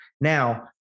Now